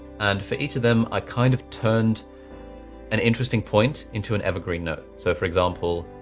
and for each of them, i kind of turned an interesting point into an evergreen note. so for example,